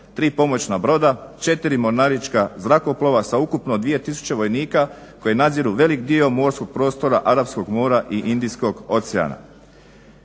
3 pomoćna broda, 4 mornarička zrakoplova sa ukupno 2000 vojnika koji nadziru velik dio morskog prostora Arapskog mora i Indijskog oceana.